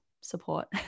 support